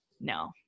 no